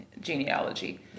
genealogy